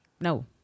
No